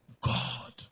God